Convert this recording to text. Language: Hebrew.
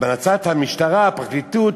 בעצת המשטרה, הפרקליטות.